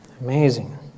amazing